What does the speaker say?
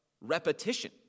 repetition